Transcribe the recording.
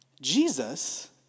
Jesus